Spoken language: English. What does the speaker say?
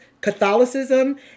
Catholicism